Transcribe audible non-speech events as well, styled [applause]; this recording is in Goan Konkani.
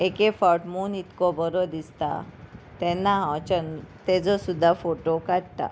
एक एक फावट मून इतको बरो दिसता तेन्ना हांव [unintelligible] तेजो सुद्दा फोटो काडटा